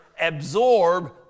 absorb